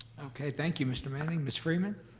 okay, thank you, mr. manning. ms. freeman?